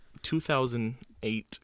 2008